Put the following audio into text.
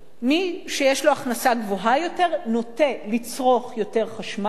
מי שיש לו הכנסה גבוהה יותר נוטה לצרוך יותר חשמל,